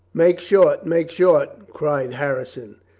make short, make short! cried harrison.